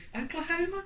Oklahoma